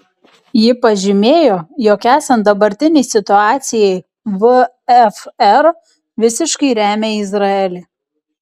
ji pažymėjo jog esant dabartinei situacijai vfr visiškai remia izraelį